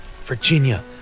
Virginia